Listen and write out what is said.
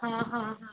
हां हां हां